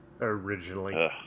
originally